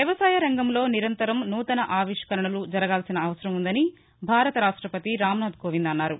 వ్యవసాయ రంగంలో నిరంతరం నూతన ఆవిష్కరణలు జరగాల్సిన అవసరం ఉందని భారత రాష్ట్రపతి రామ్నాథ్కోవింద్ అన్నారు